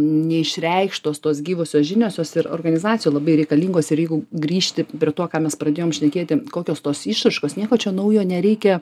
neišreikštos tos gyvosios žinios jos ir organizacijom labai reikalingos ir jeigu grįžti prie to ką mes pradėjom šnekėti kokios tos išraiškos nieko čia naujo nereikia